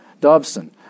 Dobson